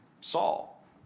Saul